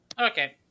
Okay